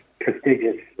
prestigious